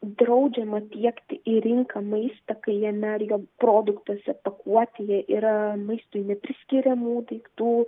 draudžiama tiekti į rinką maistą kai jame ar jo produktuose pakuotėje yra maistui nepriskiriamų daiktų